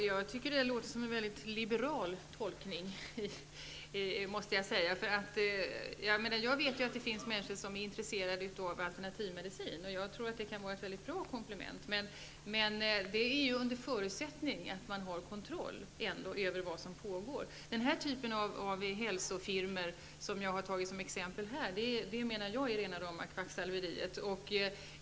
Herr talman! Det låter som en mycket liberal tolkning. Jag vet att det finns människor som är intresserade av alternativ medicin, som kan vara ett mycket bra komplement. Men det är under förutsättning att man ändå har kontroll över vad som pågår. Den typ av hälsofirmor som jag har tagit såsom exempel är rena rama kvacksalveriet.